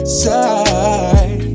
side